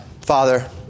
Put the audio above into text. Father